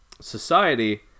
society